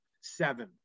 seven